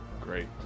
Great